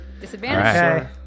Disadvantage